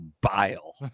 bile